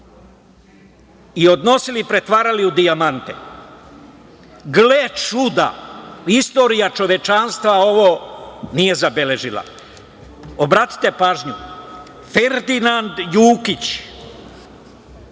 i odnosili i pretvarali u dijamante. Gle čuda, istorija čovečanstva ovo nije zabeležila. Obratite pažnju, Ferdinand Jukić